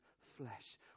flesh